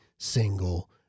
single